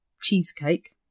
cheesecake